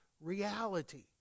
reality